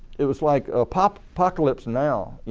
it was like apocalypse now. yeah